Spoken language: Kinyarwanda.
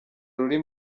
ruri